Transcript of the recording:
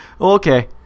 Okay